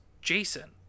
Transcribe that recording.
Jason